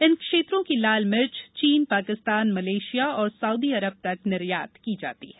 इन क्षेत्रों की लाल मिर्च चीन पाकिस्तान मलेशिया और साउदी अरब तक निर्यात की जाती है